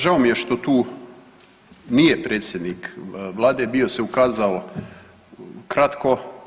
Žao mi je što tu nije predsjednik Vlade, bio se ukazao kratko.